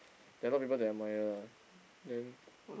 there are a lot of people that I admire ah then